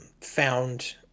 found